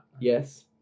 Yes